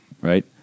right